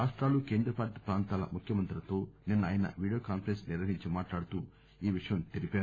రాష్టాలు కేంద్ర పాలిత ప్రాంతాల ముఖ్యమంత్రులతో నిన్న ఆయన వీడియో కాన్సరెన్స్ నిర్వహించి మాట్లాడుతూ ఈ విషయం చెప్పారు